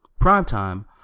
Primetime